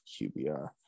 QBR